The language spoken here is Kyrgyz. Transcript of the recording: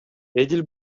эдил